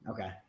Okay